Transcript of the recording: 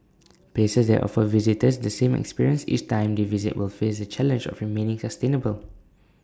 places that offer visitors the same experience each time they visit will face the challenge of remaining sustainable